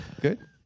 Good